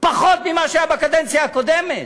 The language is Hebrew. פחות ממה שהיה בקדנציה הקודמת.